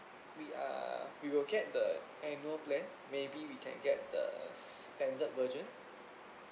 we are we will get the annual plan maybe we can get the standard version